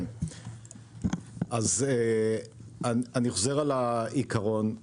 אני חוזר על העיקרון.